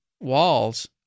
walls